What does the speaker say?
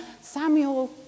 Samuel